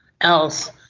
else